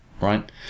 right